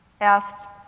asked